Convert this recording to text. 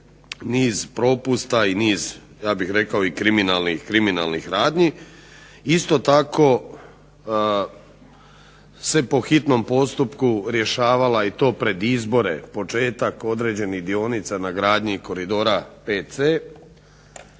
niz propusta i niz ja bih rekao i kriminalnih radnji. Isto tako se po hitnom postupku rješavala i to pred izbore početak određenih dionica na gradnji Koridora VC,